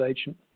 agent